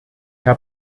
herr